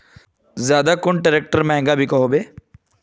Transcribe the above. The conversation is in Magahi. ज्यादा कुन ट्रैक्टर महंगा बिको होबे?